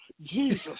Jesus